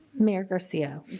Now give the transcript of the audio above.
mayor garcia